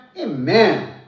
Amen